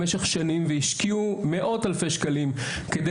במשך שנים והשקיעו מאות אלפי שקלים כדי